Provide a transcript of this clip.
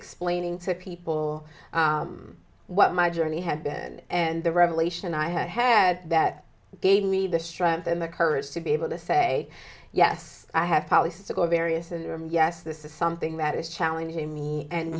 explaining to people what my journey had been and the revelation i had had that gave me the strength and the courage to be able to say yes i have policies to go various and yes this is something that is challenging me and